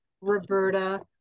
Roberta